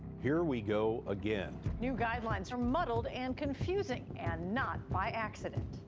here we go again. new guidelines are muddled and confusing and not by accident.